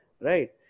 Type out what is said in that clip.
Right